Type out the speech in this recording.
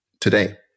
today